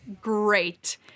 great